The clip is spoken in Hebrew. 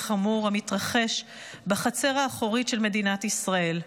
חמור המתרחש בחצר האחורית של מדינת ישראל,